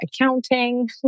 accounting